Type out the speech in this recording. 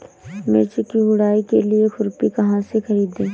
मिर्च की गुड़ाई के लिए खुरपी कहाँ से ख़रीदे?